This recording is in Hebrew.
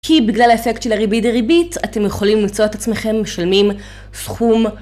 כי בגלל האפקט של הריבית דריבית, אתם יכולים למצוא את עצמכם משלמים סכום...